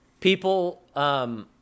People